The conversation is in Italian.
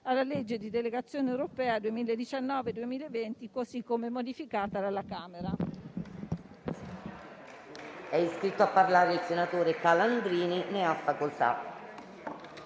di legge di delegazione europea 2019-2020, così come modificato dalla Camera